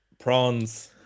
prawns